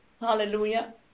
Hallelujah